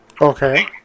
Okay